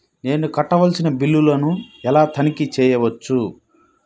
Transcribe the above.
నేను కట్టవలసిన బిల్లులను ఎలా తనిఖీ చెయ్యవచ్చు?